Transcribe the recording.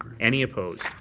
any opposed.